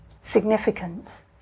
significance